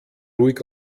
ruhig